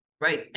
Right